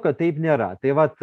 kad taip nėra tai vat